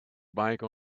bike